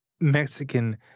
mexican